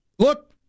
Look